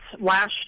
last